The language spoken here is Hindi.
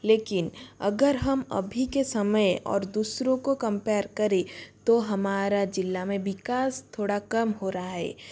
लेकिन अगर हम अभी के समय और दूसरों को कम्पैर करें तो हमारा जिला में विकास थोड़ा कम हो रहा है